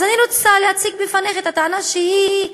אז אני רוצה להציג לפניך את הטענה שהיא,